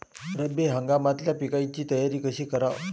रब्बी हंगामातल्या पिकाइची तयारी कशी कराव?